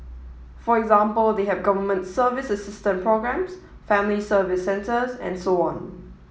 for example they have Government Assistance Programmes Family Service Centres and so on